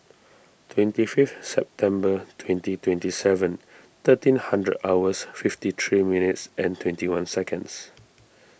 twenty fifth September twenty twenty seven thirteen hundred hours fifty three minutes and twenty one seconds